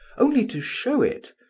only to show it.